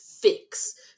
fix